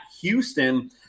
Houston